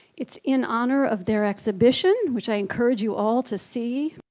it's in honor of their exhibition which i encourage you all to see